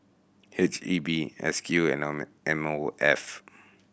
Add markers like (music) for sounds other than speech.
H E B S Q and (unintelligible) M O F